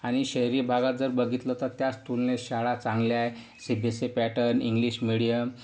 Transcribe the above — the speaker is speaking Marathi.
आणि शहरी भागात जर बघितलं तर त्याच तुलनेत शाळा चांगल्या आहे C B S E pattern English medium